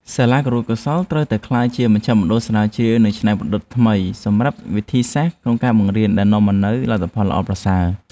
សាលាគរុកោសល្យត្រូវតែក្លាយជាមជ្ឈមណ្ឌលស្រាវជ្រាវនិងច្នៃប្រឌិតថ្មីសម្រាប់វិធីសាស្ត្របង្រៀនដែលនាំមកនូវលទ្ធផលល្អប្រសើរ។